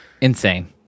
Insane